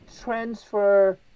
transfer